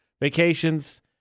Vacations